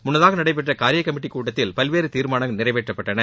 முன்னதாக நடைபெற்ற காரிய கமிட்டிக் கூட்டத்தில் பல்வேறு தீர்மானங்கள் நிறைவேற்றப்பட்டன